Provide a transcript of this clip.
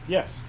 Yes